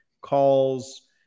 calls